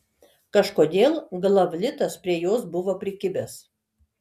kažkodėl glavlitas prie jos buvo prikibęs